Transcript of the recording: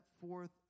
forth